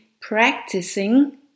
practicing